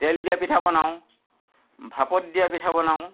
তেল দিয়া পিঠা বনাওঁ ভাপত দিয়া পিঠা বনাওঁ